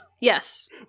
Yes